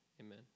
Amen